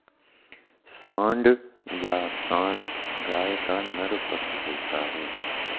सांड या साँड़ गाय का नर पशु होता है